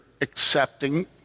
accepting